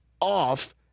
off